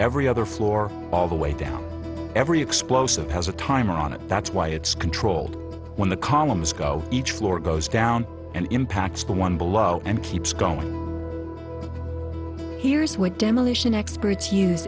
every other floor all the way down every explosive has a timer on it that's why it's controlled when the columns go each floor goes down and impacts the one below and keeps going here's what demolition expert